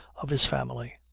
of his family.